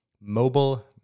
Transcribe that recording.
mobile